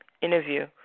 interview